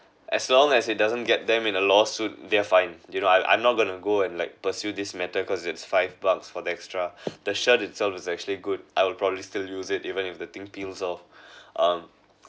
as long as it doesn't get them in a lawsuit they are fine you know I'm not going to go and like pursue this matter cause it's five bucks for the extra the shirt itself is actually good I would probably still use it even if the thing peels off um